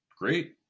great